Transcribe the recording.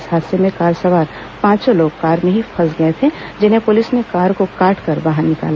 इस हादसे में कार सवार पांचों लोग कार में ही फंस गए थे जिन्हें पुलिस ने कार को काटकर बाहर निकाला